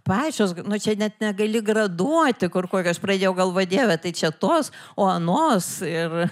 pačios nu čia net negali graduoti kur kokios pradėjau galvot dieve tai čia tos o anos ir